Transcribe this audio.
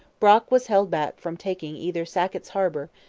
brock was held back from taking either sackett's harbour,